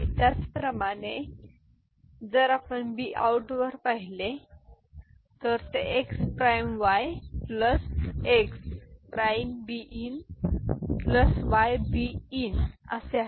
आणि त्याचप्रमाणे जर आपण बी आउट वर पाहिले तर ते x prime y plus x prime B in plus y B in आहे